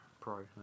pro